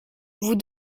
vous